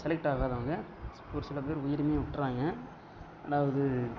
select ஆகாதவங்க ஒரு சில பேர் உயிருமே விட்டுறாங்க ரெண்டாவது